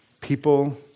People